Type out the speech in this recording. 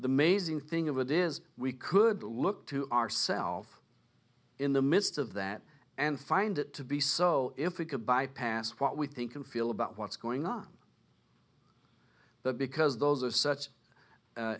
the mazing thing of it is we could look to ourself in the midst of that and find it to be so if we could bypass what we think and feel about what's going on there because those are such